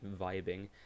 vibing